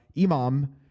imam